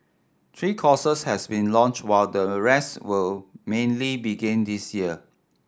three courses has been launched while the rest will mainly begin this year